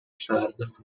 шаардык